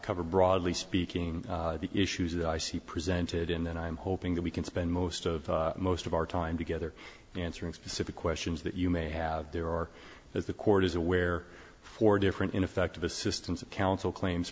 cover broadly speaking the issues that i see presented and then i'm hoping that we can spend most of most of our time together answering specific questions that you may have there or as the court is aware for different ineffective assistance of counsel claims